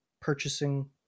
purchasing